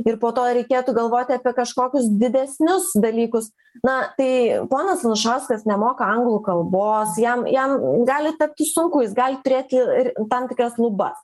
ir po to reikėtų galvoti apie kažkokius didesnius dalykus na tai ponas anušauskas nemoka anglų kalbos jam jam gali tapti sunku jis gali turėti ir tam tikras lubas